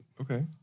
Okay